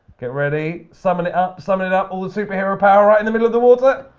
get ready. summon it up, summon it up. all the superhero power right in the middle of the water.